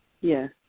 Yes